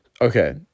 Okay